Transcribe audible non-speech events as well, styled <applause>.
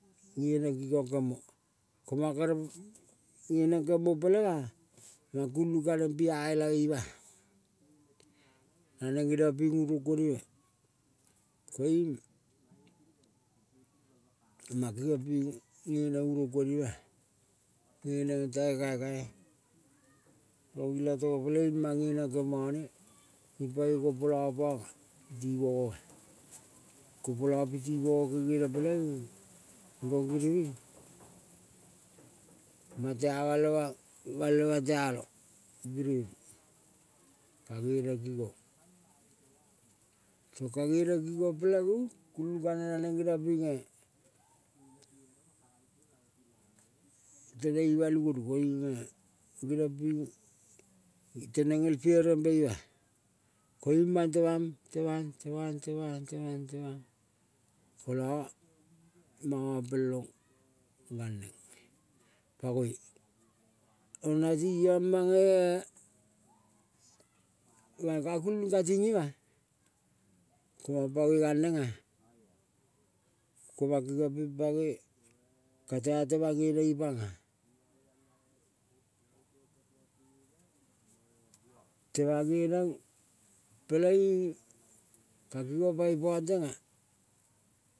Nge neng kingong kemo, ko manga kere nge neng kemo pelenga mang kulung kaneng pia elave ima-a. Naneng geniong ping urong kuonive koiung mang kengiong ping nge neng urong kuonivea nge neng tange kaikai. Itogo peleng mang nge neng kemane ipai kompola, o panga pi mogoa. Kompola piti mogo kengene peleing rong giriving mang tea balve mang, balve mang tealong giriving <unintelligible> tong ka gerempi mo peleing <hesitation> gulung kaneng naneng geniong pinge teneng ima lu gonu goiung menga geniong ping teneng el pierembe ima. Koiung mang temang, temang, temang, temang, temang, temang, kola mang ngampela ong pangoi. Oro nati kingong mange-e mae kulung kating ima kingong pangoi galnenga komang kengiong ping pangoi katea temang ngeneng ipanga. Temang nge neng peleing mang kingong pangi pang tenga.